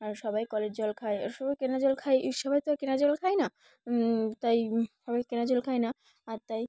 আর সবাই কলের জল খায় আর সবাই কেনা জল খায় সবাই তো কেনা জল খায় না তাই সবাই কেনা জল খায় না আর তাই